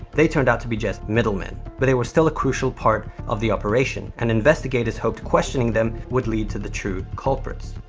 they turned out to be just middlemen. but, they were still a crucial part of the operation. and, investigators hoped questioning them would lead to the true culprits.